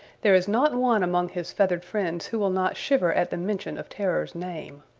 there is not one among his feathered friends who will not shiver at the mention of terror's name.